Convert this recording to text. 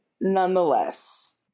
nonetheless